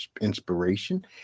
inspiration